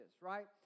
right